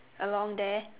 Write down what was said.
along there